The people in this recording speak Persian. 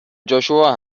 جاشوا